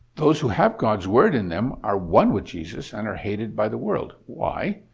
those who have god's word in them are one with jesus and are hated by the world. why?